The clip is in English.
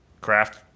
craft